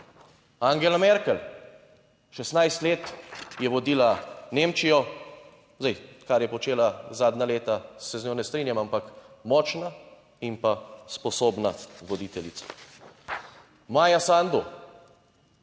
Angela Merkel, 16 let je vodila Nemčijo. Zdaj, kar je počela zadnja leta, se z njo ne strinjam, ampak močna in pa sposobna voditeljica. Maja Sando,